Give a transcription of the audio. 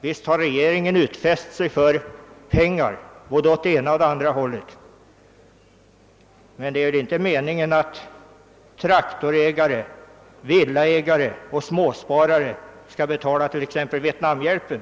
Givetvis har regeringen bundit sig för utgifter för både det ena och det andra, men är det meningen att traktorägare, villaägare och småsparare skall betala t.ex. Vietnamhjälpen?